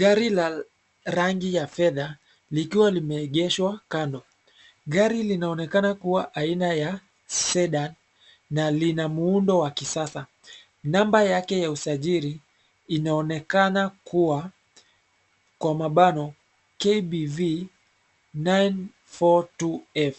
Gari la rangi ya fedha, likiwa limeegeshwa kando, gari linaonekana kuwa aina ya, sedan , na lina muundo wa kisasa, namba yake ya usajili, inaonekana kuwa, kwa mabano, KBV 942F,